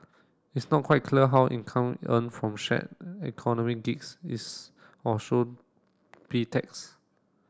it's not quite clear how income earned from shared economy gigs is or should be taxed